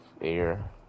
air